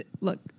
look